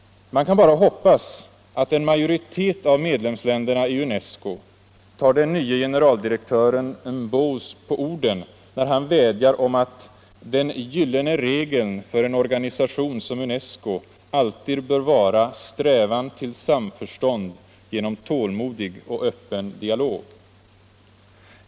Man kan bara hoppas att en majoritet av medlemsländerna i UNESCO tar den nye generaldirektören M”Bow på orden, när han vädjar om att ”den gyllene regeln för en organisation som UNESCO alltid bör vara strävan till samförstånd genom tålmodig och öppen dialog”.